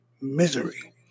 misery